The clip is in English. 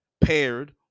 paired